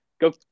go